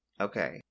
okay